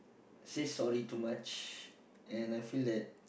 say sorry too much and I feel that